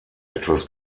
etwas